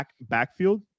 backfield